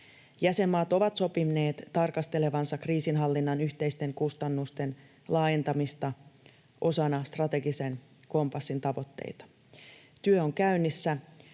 Jäsenmaat ovat sopineet tarkastelevansa kriisinhallinnan yhteisten kustannusten laajentamista osana strategisen kompassin tavoitteita. Työ on käynnissä.